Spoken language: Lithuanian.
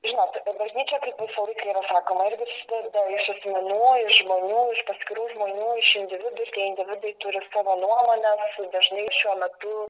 žinot apie bažnyčią kaip visą laiką yra sakoma ir gi ji susideda iš asmenų iš žmonių iš paskirų žmonių iš individus tie individai turi savo nuomones dažnai šiuo metu